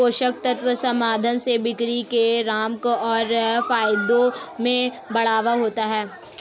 पोषक तत्व समाधान से बिक्री के रकम और फायदों में बढ़ावा होता है